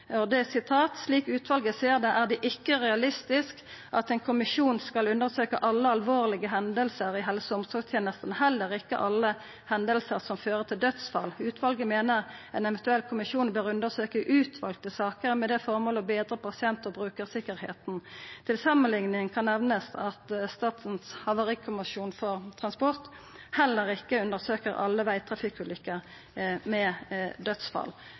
utvalget ser det, er det ikke realistisk at en kommisjon skal undersøke alle alvorlige hendelser i helse- og omsorgstjenesten, heller ikke alle hendelser som fører til dødsfall. Utvalget mener en eventuell kommisjon bør undersøke utvalgte saker med det formål å bedre pasient- og brukersikkerheten . Til sammenligning kan nevnes at SHT heller ikke undersøker alle veitrafikkulykker med dødsfall.»